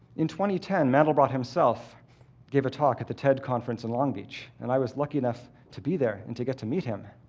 in two ten, mandelbrot himself gave a talk at the ted conference in long beach and i was lucky enough to be there and to get to meet him.